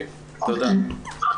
תודה.